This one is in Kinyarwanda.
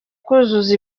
kuzuza